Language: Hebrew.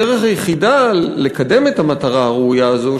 הדרך היחידה לקדם את המטרה הראויה הזאת,